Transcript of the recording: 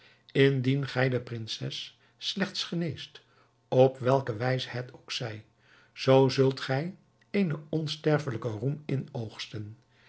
indien gij de prinses slechts geneest op welke wijze het ook zij zoo zult gij eenen onsterfelijken roem inoogsten